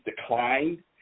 declined